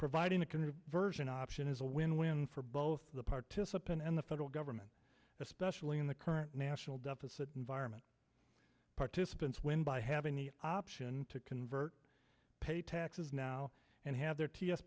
providing the conversion option is a win win for both the participants and the federal government especially in the current national deficit environment participants win by having the option to convert pay taxes now and have their t s